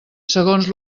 segons